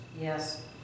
Yes